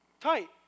tight